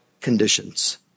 conditions